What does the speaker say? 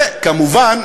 וכמובן,